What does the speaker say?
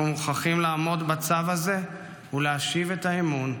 אנחנו מוכרחים לעמוד בצו הזה ולהשיב את האמון.